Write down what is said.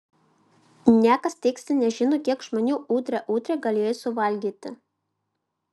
niekas tiksliai nežino kiek žmonių udre udre galėjo suvalgyti